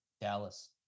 Dallas